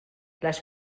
les